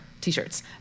T-shirts